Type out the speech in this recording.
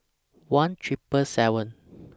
one Triple seven